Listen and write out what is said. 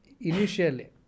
initially